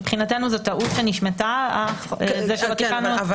מבחינתנו זאת טעות שנשמטה זה שלא תיקנו את